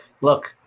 look